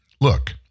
look